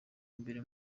mbere